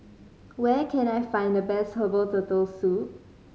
where can I find the best herbal Turtle Soup